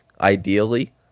ideally